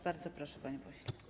Bardzo proszę, panie pośle.